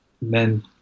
men